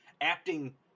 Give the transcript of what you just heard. acting